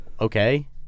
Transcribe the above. okay